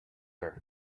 her